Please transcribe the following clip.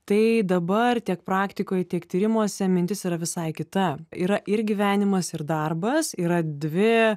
tai dabar tiek praktikoj tiek tyrimuose mintis yra visai kita yra ir gyvenimas ir darbas yra dvi